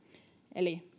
eli